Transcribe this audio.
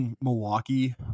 Milwaukee